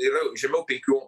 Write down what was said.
yra žemiau penkių